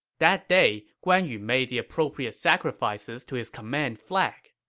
that day, guan yu made the appropriate sacrifices to his command flag.